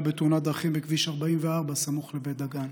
בתאונת דרכים בכביש 44 סמוך לבית דגן,